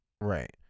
right